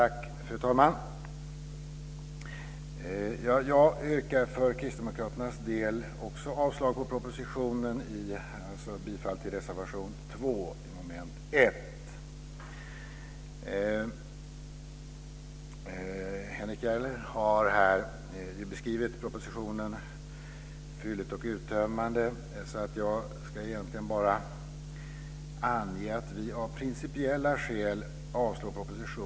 Fru talman! Jag yrkar för Kristdemokraternas del också avslag på propositionen och bifall till reservation 2 under mom. 1. Henrik Järrel har här beskrivit propositionen fylligt och uttömmande. Jag ska egentligen bara ange att vi av principiella skäl avstyrker propositionen.